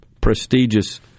prestigious